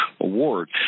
award